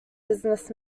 business